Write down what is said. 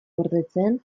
gordetzen